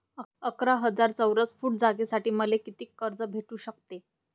अकरा हजार चौरस फुट जागेसाठी मले कितीक कर्ज भेटू शकते?